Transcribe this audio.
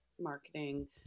marketing